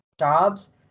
jobs